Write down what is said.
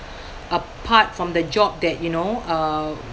apart from the job that you know uh